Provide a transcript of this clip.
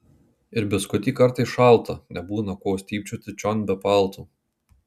ir biskutį kartais šalta nebūna ko stypčioti čion be palto